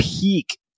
peak